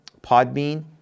Podbean